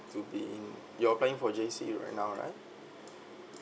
to be in you're applying for JCE right now right